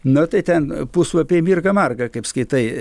na tai ten puslapiai mirga marga kaip skaitai